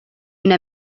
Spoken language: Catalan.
una